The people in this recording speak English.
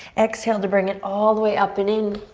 exhale to bring it all the way up and in.